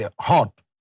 hot